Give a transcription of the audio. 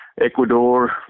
Ecuador